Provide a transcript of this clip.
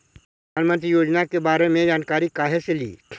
प्रधानमंत्री योजना के बारे मे जानकारी काहे से ली?